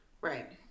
right